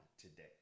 today